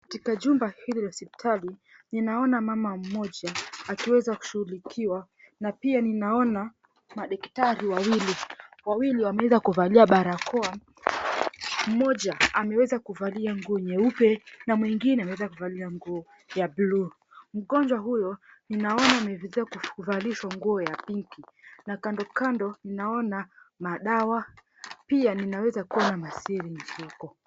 Katika jumba hili la hospitali ninaona mama mmoja akiweza kushughulikiwa na pia ninaona madaktari wawili wameweza kuvalia barakoa. Moja ameweza kuvalia nguo nyeupe na mwingine ameweza kuvalia nguo ya blue . Mgonjwa huyo ninaona ameweza kuvalishwa nguo ya pinki na kandokando ninaona madawa pia ninaweza kuona masyringe huko.